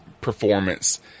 performance